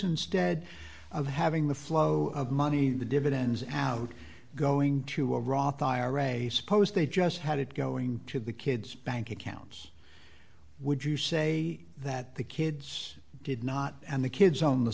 instead of having the flow of money the dividends out going to a roth ira suppose they just had it going to the kids bank accounts would you say that the kids did not and the kids own the